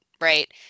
right